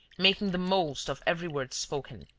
making the most of every word spoken.